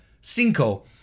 Cinco